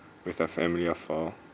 with the family of four